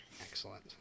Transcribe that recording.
Excellent